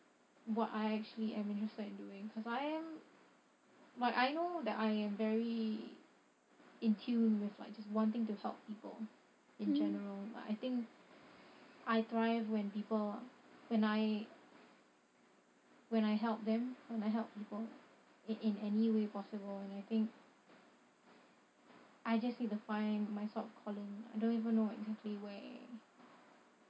what I actually am interested in doing cause I am like I know that I am very in tune with like just wanting to help people in general like I think I thrive when people when I when I help them when I help people it in any way possible and I think I just need to find my sort calling I don't even know exactly where